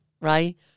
right